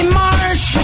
marsh